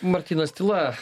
martynas tyla